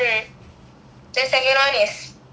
the second one is probably hall one